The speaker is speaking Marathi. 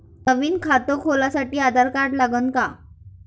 नवीन खात खोलासाठी आधार कार्ड लागन का?